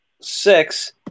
six